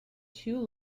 two